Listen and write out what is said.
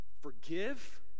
Forgive